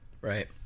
Right